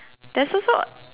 there is also